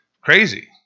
crazy